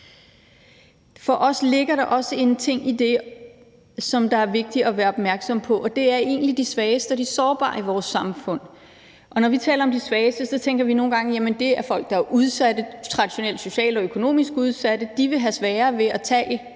For os ligger der også en ting i det, som det er vigtigt at være opmærksom på, og det er egentlig de svageste og de sårbare i vores samfund. Når vi taler om de svageste, tænker vi nogle gange, at det er folk, der er udsatte – traditionelt de socialt og økonomisk udsatte – og de vil have sværere ved at tage